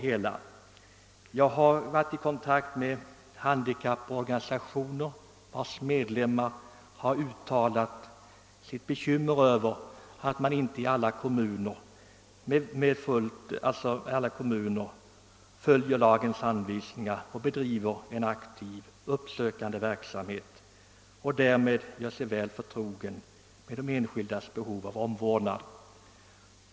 Slutligen har jag också varit i kontakt med en del handikapporganisationer, vilkas medlemmar uttalat bekymmer över att man inte i alla kommuner följer lagens anvisningar och bedriver en aktiv uppsökande verksamhet och alltså underlåter att göra sig förtrogna med de enskilda människornas behov av omvårdnad.